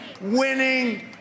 winning